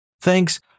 thanks